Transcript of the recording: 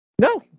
No